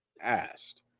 asked